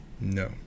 No